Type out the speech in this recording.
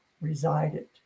resided